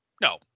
No